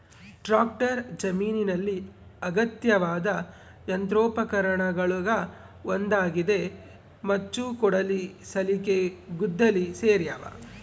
tractor ಜಮೀನಿನಲ್ಲಿ ಅಗತ್ಯವಾದ ಯಂತ್ರೋಪಕರಣಗುಳಗ ಒಂದಾಗಿದೆ ಮಚ್ಚು ಕೊಡಲಿ ಸಲಿಕೆ ಗುದ್ದಲಿ ಸೇರ್ಯಾವ